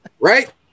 Right